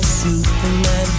superman